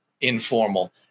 informal